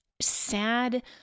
sad